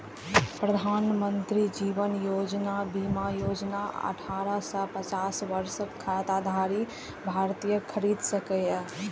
प्रधानमंत्री जीवन ज्योति बीमा योजना अठारह सं पचास वर्षक खाताधारी भारतीय खरीद सकैए